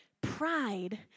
Pride